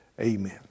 Amen